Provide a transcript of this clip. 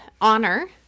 Honor